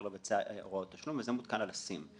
לבצע הוראות תשלום וזה מותקן על הסים.